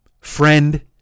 friend